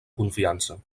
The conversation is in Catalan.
confiança